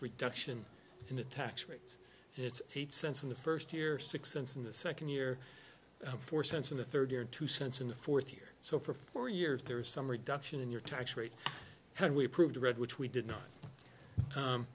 reduction in the tax rates it's eight cents in the first year six cents in the second year four cents in the third year two cents in the fourth year so for four years there is some reduction in your tax rate had we approved read which we did not